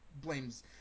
blames –